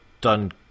done